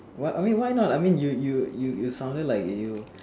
butt I mean why not I mean you you you you sounded like you